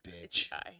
bitch